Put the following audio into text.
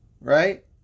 right